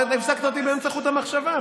הפסקת אותי באמצע חוט המחשבה.